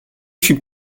fut